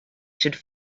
should